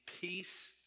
peace